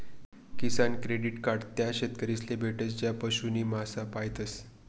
किसान credit card त्या शेतकरीस ले भेटस ज्या पशु नी मासा पायतस